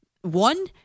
one